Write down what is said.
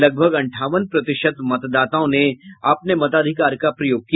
लगभग अंठावन प्रतिशत मतदाताओं ने अपने मताधिकार का प्रयोग किया